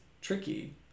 tricky